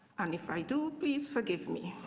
and if i do, please forgive me.